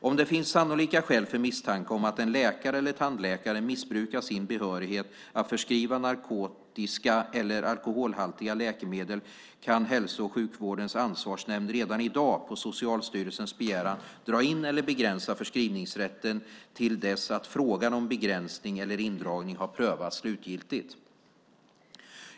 Om det finns sannolika skäl för misstanke om att en läkare eller tandläkare missbrukar sin behörighet att förskriva narkotiska eller alkoholhaltiga läkemedel kan Hälso och sjukvårdens ansvarsnämnd redan i dag, på Socialstyrelsens begäran, dra in eller begränsa förskrivningsrätten till dess att frågan om begränsning eller indragning har prövats slutligt.